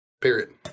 Period